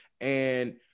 And-